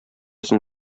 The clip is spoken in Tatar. соң